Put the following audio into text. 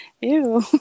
Ew